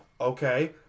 okay